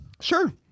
Sure